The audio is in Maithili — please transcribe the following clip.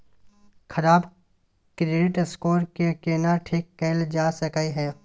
खराब क्रेडिट स्कोर के केना ठीक कैल जा सकै ये?